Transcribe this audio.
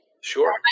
Sure